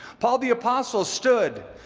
paul the apostle stood